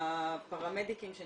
הפרמדיקים,